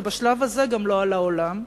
ובשלב הזה גם לא על העולם.